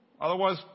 otherwise